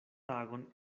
tagon